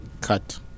cut